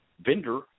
Vendor